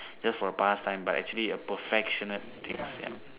just for past time but actually a perfectionate things ya